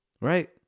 Right